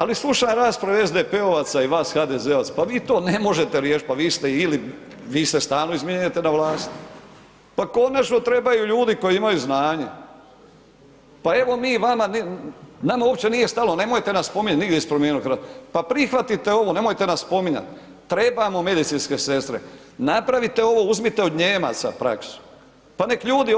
Ali slušam raspravu SDP-ovaca i vas HDZ-ovaca, pa vi to ne možete riješit, pa vi ste ili, vi se stalno izmjenjujete na vlasti, pa konačno trebaju ljudi koji imaju znanje, pa evo mi vama, nama uopće nije stalo, nemojte nas spominjati nigdje iz Promijenimo Hrvatsku, pa prihvatite ovo, nemojte nas spominjat, trebamo medicinske sestre, napravite ovo, uzmite od Nijemaca praksu, pa nek ljudi